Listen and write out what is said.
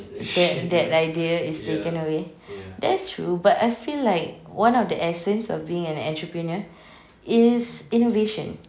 that that idea is taken away that's true but I feel like one of the essence of being an entrepreneur is envision